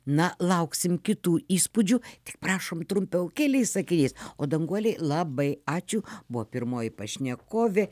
na lauksim kitų įspūdžių tik prašom trumpiau keliais sakiniais o danguolei labai ačiū buvo pirmoji pašnekovė